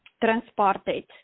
transported